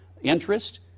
interest